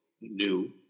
new